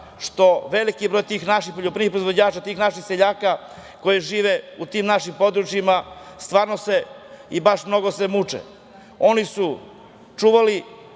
što veliki broj tih naših poljoprivrednih proizvođača, tih naših seljaka koji žive u tim našim područjima stvarno se mnogo muče. Oni su čuvali,